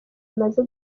bimaze